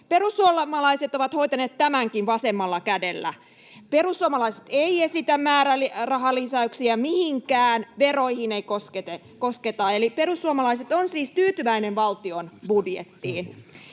Perussuomalaiset ovat hoitaneet tämänkin vasemmalla kädellä. Perussuomalaiset eivät esitä määrärahalisäyksiä mihinkään, veroihin ei kosketa, eli perussuomalaiset ovat siis tyytyväisiä valtion budjettiin.